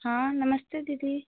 हाँ नमस्ते दीदी